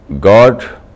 God